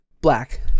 Black